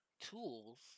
tools